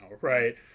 right